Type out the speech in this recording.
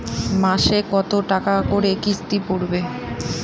মাসে কত টাকা করে কিস্তি পড়বে?